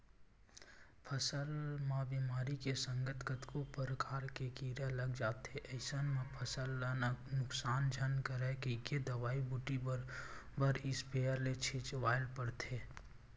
फसल म बेमारी के संग कतको परकार के कीरा लग जाथे अइसन म फसल ल नुकसान झन करय कहिके दवई बूटी बरोबर इस्पेयर ले छिचवाय बर परथे